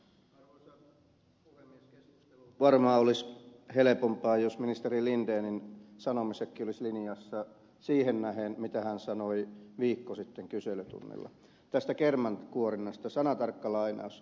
keskustelu varmaan olisi helpompaa jos ministeri lindenin sanomisetkin olisivat linjassa siihen nähden mitä hän sanoi viikko sitten kyselytunnilla tästä kermankuorinnasta